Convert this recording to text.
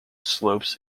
slopes